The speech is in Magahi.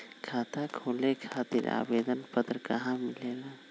खाता खोले खातीर आवेदन पत्र कहा मिलेला?